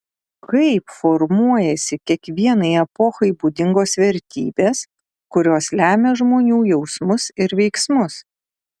kaip formuojasi kiekvienai epochai būdingos vertybės kurios lemia žmonių jausmus ir veiksmus